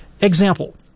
Example